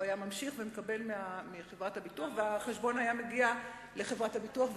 הוא היה ממשיך ומקבל מחברת הביטוח והחשבון היה מגיע לחברת הביטוח,